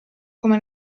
come